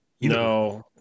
No